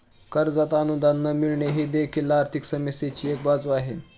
कर्जात अनुदान न मिळणे ही देखील आर्थिक समस्येची एक बाजू आहे